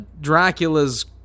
Dracula's